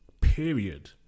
period